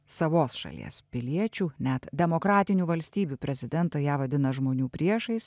savos šalies piliečių net demokratinių valstybių prezidentai ją vadina žmonių priešais